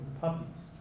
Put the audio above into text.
puppies